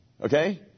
Okay